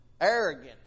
arrogant